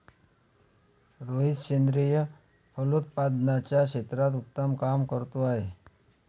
रोहित सेंद्रिय फलोत्पादनाच्या क्षेत्रात उत्तम काम करतो आहे